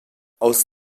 aus